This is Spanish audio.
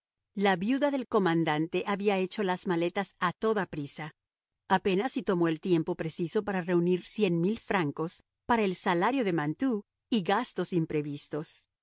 la viuda del comandante había hecho las maletas a toda prisa apenas si tomó el tiempo preciso para reunir cien mil francos para el salario de mantoux y gastos imprevistos